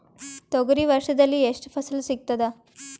ತೊಗರಿ ವರ್ಷದಲ್ಲಿ ಎಷ್ಟು ಫಸಲ ಸಿಗತದ?